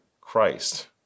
Christ